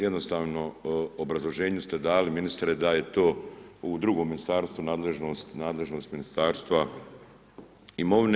Jednostavno u obrazloženju ste dali ministre da je to u drugom ministarstvu nadležnost Ministarstva imovine.